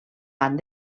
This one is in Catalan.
van